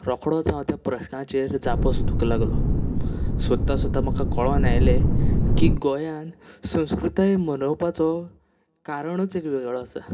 रोखडोच हांव त्या प्रस्नाचेर जापो सोदूंक लागलो सोदतां सोदतां म्हाका कोळोवन आयलें की गोंयांत संस्कृताय मनोवपाचो कारणूच एक वेगळो आसा